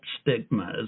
stigmas